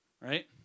right